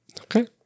okay